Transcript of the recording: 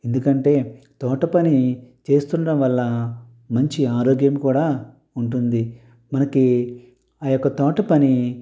ఎందుకంటే తోట పని చేస్తుండడం వల్ల మంచి ఆరోగ్యం కూడా ఉంటుంది మనకి ఆ యొక్క తోట పని